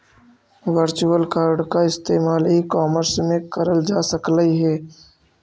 virtual card का इस्तेमाल e commerce में करल जा सकलई हे